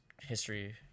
history